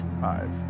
Five